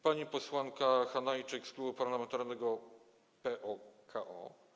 Pani posłanka Hanajczyk z Klubu Parlamentarnego PO-KO.